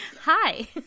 Hi